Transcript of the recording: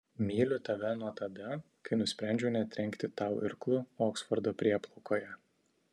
myliu tave nuo tada kai nusprendžiau netrenkti tau irklu oksfordo prieplaukoje